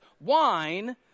wine